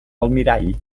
almirall